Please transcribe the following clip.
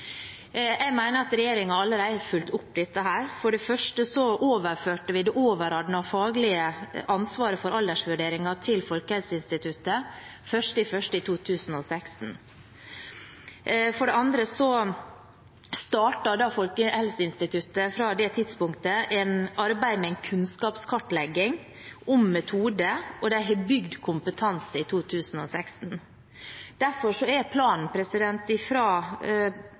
Jeg mener at regjeringen allerede har fulgt opp dette. For det første overførte vi det overordnede faglige ansvaret for aldersvurderinger til Folkehelseinstituttet 1. januar 2016. For det andre startet Folkehelseinstituttet fra det tidspunktet arbeid med en kunnskapskartlegging av metoder, og de har bygd kompetanse i 2016. Derfor er planen